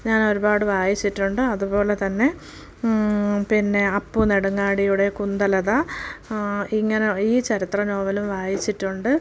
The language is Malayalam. ഞാനൊരുപാട് വായിച്ചിട്ടുണ്ട് അതുപോലെ തന്നെ പിന്നെ അപ്പു നെടുങ്ങാടിയുടെ കുന്തലത ഇങ്ങനെ ഈ ചരിത്ര നോവലും വായിച്ചിട്ടുണ്ട്